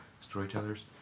Storytellers